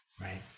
right